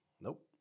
Nope